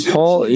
Paul